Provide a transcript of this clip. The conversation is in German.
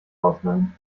ausleihen